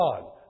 God